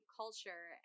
culture